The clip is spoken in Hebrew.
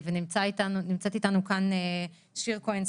נמצאת אתנו כאן שיר כהן,